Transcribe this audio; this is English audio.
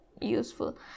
useful